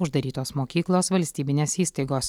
uždarytos mokyklos valstybinės įstaigos